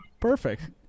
perfect